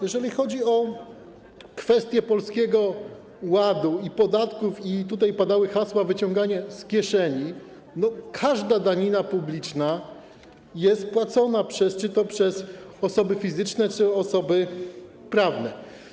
Jeżeli chodzi o kwestię Polskiego Ładu i podatków - tutaj padało hasło: wyciąganie z kieszeni - to każda danina publiczna jest płacona przez czy to osoby fizyczne, czy to osoby prawne.